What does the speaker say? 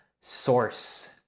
source